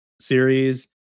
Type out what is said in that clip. series